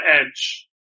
edge